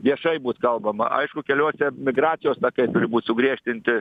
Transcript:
viešai būt kalbama aišku keliuose migracijos takai turi būti sugriežtinti